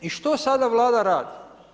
I što sada Vlada radi?